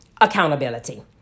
Accountability